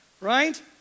right